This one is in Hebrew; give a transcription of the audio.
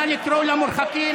נא לקרוא למורחקים.